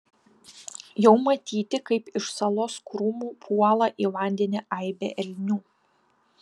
jau matyti kaip iš salos krūmų puola į vandenį aibė elnių